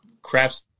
crafts